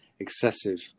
excessive